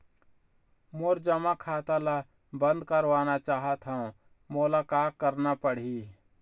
मोर जमा खाता ला बंद करवाना चाहत हव मोला का करना पड़ही?